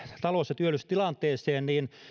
talous ja työllisyystilanteesta